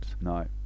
no